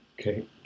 okay